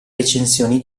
recensioni